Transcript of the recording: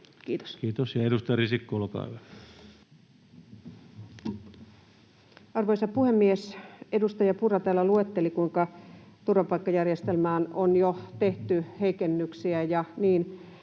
muuttamisesta Time: 20:53 Content: Arvoisa puhemies! Edustaja Purra täällä luetteli, kuinka turvapaikkajärjestelmään on jo tehty heikennyksiä. Niin,